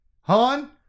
Han